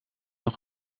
nog